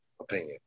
opinion